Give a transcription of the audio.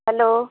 hello